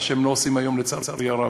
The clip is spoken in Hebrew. מה שהם לא עושים היום, לצערי הרב,